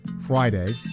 Friday